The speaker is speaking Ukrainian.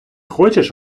хочеш